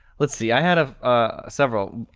let's see, i had ah ah several.